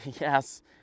yes